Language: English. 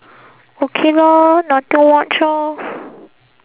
okay lor nothing much orh